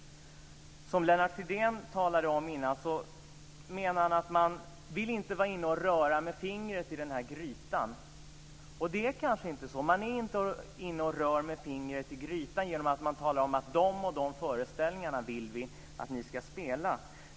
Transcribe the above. Lennart Fridén talade om att man inte vill vara inne och röra med fingret i den här grytan. Det är kanske inte så. Man är inte inne och rör med fingret i grytan genom att man talar om att man vill att de och de föreställningarna ska spelas.